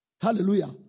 Hallelujah